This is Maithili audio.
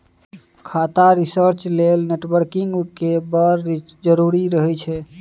खाता रिसर्च लेल नेटवर्किंग केर बड़ जरुरी रहय छै